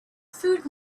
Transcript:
food